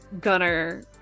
Gunner